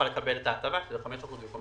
לקבל את ההטבה של חמישה אחוזים במקום שישה אחוזים.